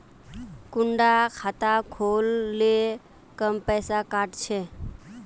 कुंडा खाता खोल ले कम पैसा काट छे?